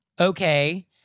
Okay